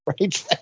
Right